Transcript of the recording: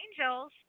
angels